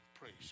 Praise